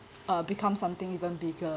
uh becomes something even bigger